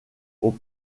aux